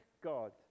God